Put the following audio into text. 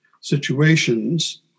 situations